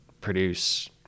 produce